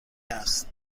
است